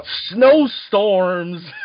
snowstorms